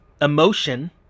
emotion